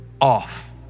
off